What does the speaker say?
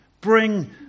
Bring